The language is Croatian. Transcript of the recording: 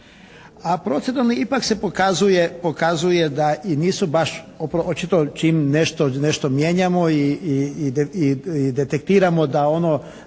A proceduralni ipak se pokazuje da i nisu baš očito čim nešto mijenjamo i detektiramo da ono,